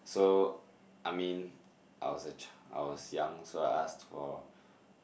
so I mean I was a chi~ I was young so I asked for